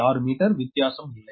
6 metre வித்தியாசம் இல்லை